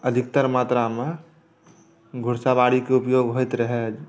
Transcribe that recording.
अधिकतर मात्रामे घुड़सवारीक उपयोग होइत रहै